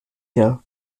der